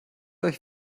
euch